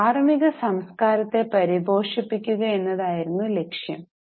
ഒരു ധാർമ്മിക സംസ്കാരത്തെ പരിപോഷിപ്പിക്കുക എന്നതായിരുന്നു ലക്ഷ്യം